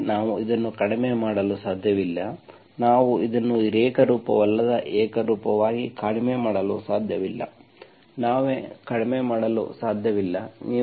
ಅಂದರೆ ನಾವು ಇದನ್ನು ಕಡಿಮೆ ಮಾಡಲು ಸಾಧ್ಯವಿಲ್ಲ ನಾವು ಇದನ್ನು ಏಕರೂಪವಲ್ಲದ ಏಕರೂಪವಾಗಿ ಕಡಿಮೆ ಮಾಡಲು ಸಾಧ್ಯವಿಲ್ಲ ನಾವು ಕಡಿಮೆ ಮಾಡಲು ಸಾಧ್ಯವಿಲ್ಲ